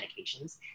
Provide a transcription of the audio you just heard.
medications